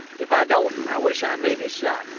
if i don't i wish i may be shot.